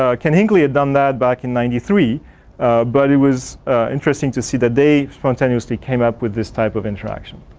ah ken hinckley had done that back in ninety three but it was interesting to see that they spontaneously came up with this type of interaction.